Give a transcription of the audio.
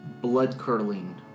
blood-curdling